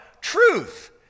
Truth